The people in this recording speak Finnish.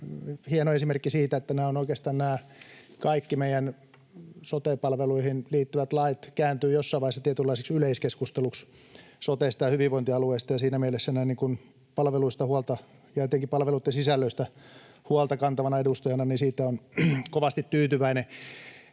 hieno esimerkki siitä, että oikeastaan nämä kaikki meidän sote-palveluihimme liittyvät lait kääntyvät jossain vaiheessa tietynlaiseksi yleiskeskusteluksi sotesta ja hyvinvointialueista, ja siinä mielessä näin palveluista ja etenkin palveluitten sisällöistä huolta kantavana edustajana olen siitä on kovasti tyytyväinen.